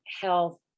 health